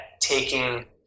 taking